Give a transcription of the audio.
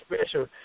special